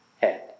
head